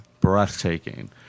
Breathtaking